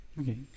Okay